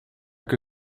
que